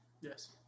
Yes